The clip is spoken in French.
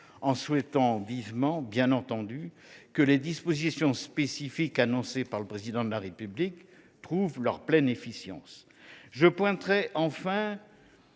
en souhaitant, bien entendu, que les dispositions spécifiques annoncées par le Président de la République trouvent leur pleine efficience. Enfin, je pointerai un